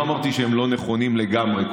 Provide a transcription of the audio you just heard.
לא אמרתי שהם לא נכונים לגמרי,